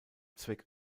zweck